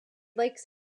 lakes